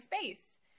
space